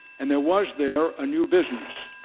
and there was there a new business.